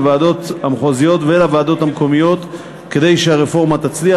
לוועדות המחוזיות ולוועדות המקומיות כדי שהרפורמה תצליח.